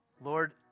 Lord